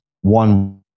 one